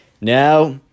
now